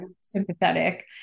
sympathetic